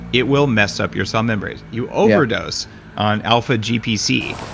it will mess up your cell membranes. you overdose on alphagpc,